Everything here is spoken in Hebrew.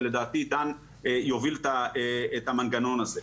ולדעתי דן יוביל את המנגנון הזה.